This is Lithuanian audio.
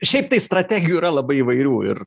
šiaip tai strategijų yra labai įvairių ir